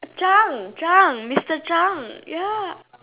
Zhang Zhang mister Zhang ya